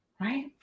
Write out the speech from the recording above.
right